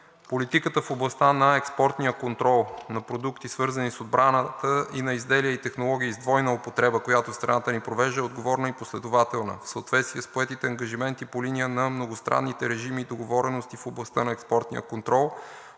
политиката в областта на експортния контрол на продукти, свързани с отбраната и на изделия и технологии с двойна употреба, която страната ни провежда, е отговорна и последователна в съответствие с поетите ангажименти по линия на многостранните режими и договорености в областта на експортния контрол,